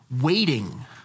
waiting